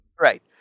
Right